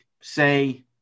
say